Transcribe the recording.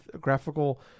graphical